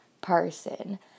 person